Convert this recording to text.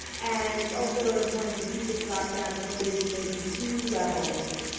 and it's also important to keep the drop downs limited to maybe two levels,